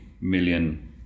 million